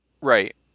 Right